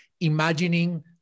imagining